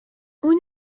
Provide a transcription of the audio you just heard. اون